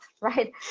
right